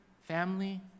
family